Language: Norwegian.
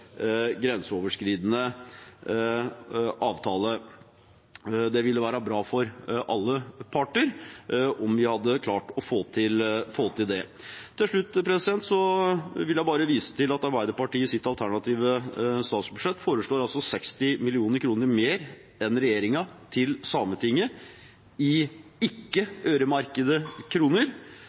grenseoverskridende avtale. Det ville være bra for alle parter om vi klarte å få til det. Til slutt vil jeg bare vise til at Arbeiderpartiet i sitt alternative statsbudsjett foreslår 60 mill. kr mer enn regjeringen til Sametinget i